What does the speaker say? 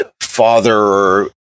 father